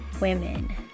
women